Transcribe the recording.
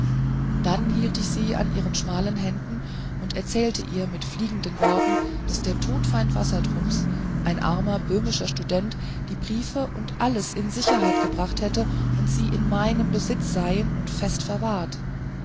dann hielt ich sie an ihren schmalen händen und erzählte ihr mit fliegenden worten daß der todfeind wassertrums ein armer böhmischer student die briefe und alles in sicherheit gebracht hätte und sie in meinem besitz seien und fest verwahrt